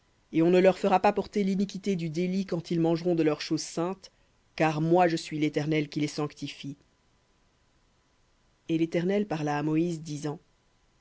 et on ne leur fera pas porter l'iniquité du délit quand ils mangeront de leurs choses saintes car moi je suis l'éternel qui les sanctifie v